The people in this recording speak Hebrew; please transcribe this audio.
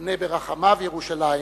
בונה ברחמיו ירושלים,